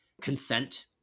Consent